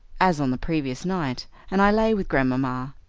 as on the previous night, and i lay with grandmamma,